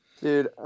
Dude